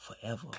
forever